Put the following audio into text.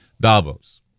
Davos